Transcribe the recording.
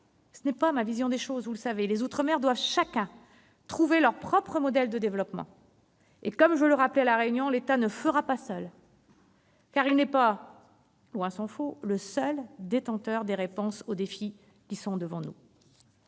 Ce n'est pas ma vision des choses, vous le savez. Chaque territoire ultramarin doit trouver son propre modèle de développement. Et comme je le rappelais à La Réunion, l'État ne fera pas seul. Il n'est pas, tant s'en faut, le seul à détenir les réponses aux défis qui sont devant nous.